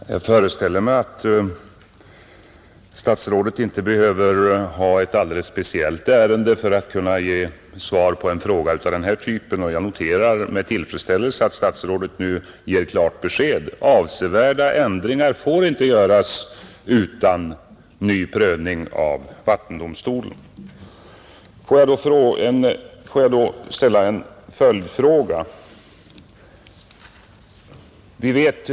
Herr talman! Jag föreställer mig att statsrådet inte behöver ha ett alldeles speciellt ärende för att kunna ge svar på en fråga av denna typ. Jag noterar med tillfredsställelse att statsrådet nu ger klart besked: Avsevärda ändringar får inte göras utan ny prövning av vattendomstolen. Får jag då ställa en följdfråga.